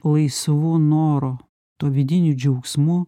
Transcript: laisvu noro tuo vidiniu džiaugsmu